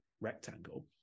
rectangle